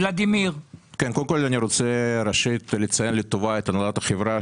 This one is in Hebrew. אני רוצה לציין לטובה את הנהלת החברה,